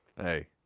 hey